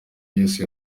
yezu